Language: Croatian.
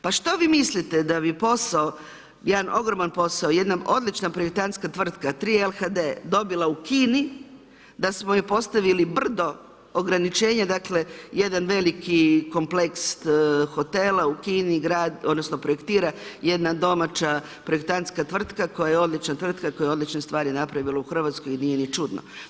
Pa što vi mislite da bi posao, jedan ogroman posao, jedna odlična privitanska tvrtka, 3hld, dobila u Kini da smo ju postavili brdo ograničenja, dakle, jedan veliki kompleks hotela u Kini, odnosno, projektira jedna domaća projektantska tvrtka koja odlična tvrtka, koja je odlične stvari napravila u Hrvatskoj, nije ni čudno.